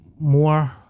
more